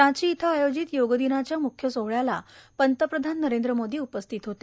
रांची इथं आयोजित योगदिनाच्या मुख्य सोहळ्याला पंतप्रधान नरेंद्र मोदी उपस्थित होते